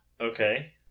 Okay